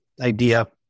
idea